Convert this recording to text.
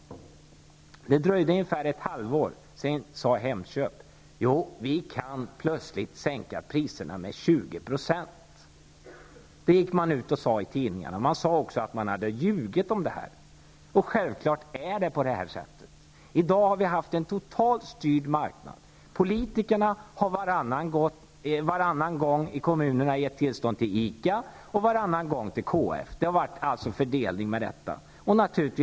Det dröjde ungefär ett halvår, och sedan sade företrädare för Hemköp i tidningarna att de kunde sänka priserna med 20 %. De sade också att de hade ljugit om priserna. Självfallet är det så. I dag har vi en totalt styrd marknad. Politikerna i kommunerna har varannan gång gett tillstånd till ICA och varannan gång till KF. Sådan har fördelningen varit.